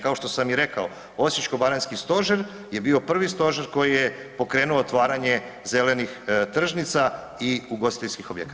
Kao što sam i rekao, Osječko-baranjski stožer je bio prvi stožer koji je pokrenuo otvaranje zelenih tržnica i ugostiteljskih objekata.